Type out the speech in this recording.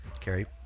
Carrie